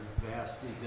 vastly